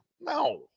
No